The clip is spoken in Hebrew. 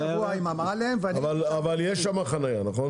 אבל יש שם חניה, נכון?